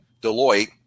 Deloitte